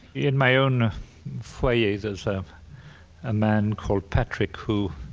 in my own foyer there's a man called patrick who,